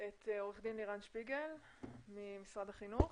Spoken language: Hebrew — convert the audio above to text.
את עורך דין לירן שפיגל ממשרד החינוך.